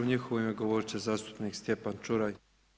U njihovo ime govoriti će zastupnik Stjepan Čuraj.